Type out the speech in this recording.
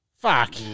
Fuck